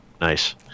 nice